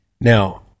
Now